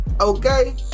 okay